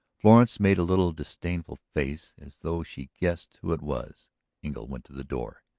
florence made a little disdainful face as though she guessed who it was engle went to the door.